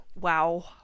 wow